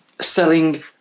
selling